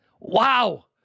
Wow